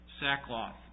sackcloth